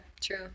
true